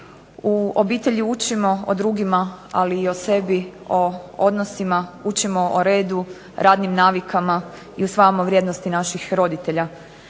U obitelji učimo o drugima, ali i o sebi, o odnosima, učimo o redu, radnim navikama, i usvajamo vrijednosti naših roditelja.